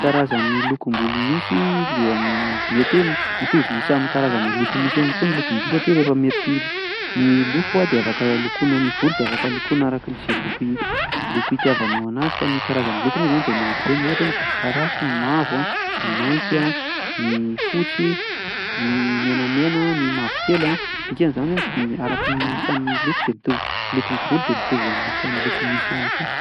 Karazan'ny lokom-bolo misy le am- mety hoe mitovy isa am'karazana loko misy ihany koa ny lokom-bolo satria rehefa mety ny loko a de afaka lokoina ny volo de afaka lokoina arakan'izay loko i- loko itiavanao anazy, ka ny karazan'ny loko moa zany de marobe ohatra hoe ny volomparasy, ny mavo a, ny mainty a, ny fotsy, ny menamena, ny mavokely a. Dikan'zany a me- araky ny isan'ny loko de mito- lokon'ny volo de mitovy amin'ny isan'ny loko misy ihany koa.